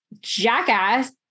jackass